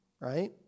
right